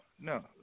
no